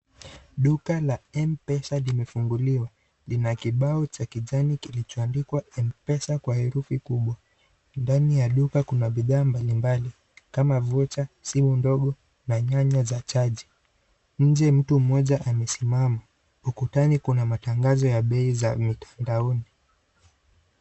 Duka la M-pesa limefunguliwa. Ina kibao cha kijani kilichoandikwa M-pesa kwa herufi kubwa. Ndani ya duka kuna bidhaa mbali mbali kama vocha, simu ndogo na nyaya za charger. Nje mtu mmoja amesimama. Ukutani kuna matangazo ya bei za mtandaoni.